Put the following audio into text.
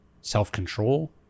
self-control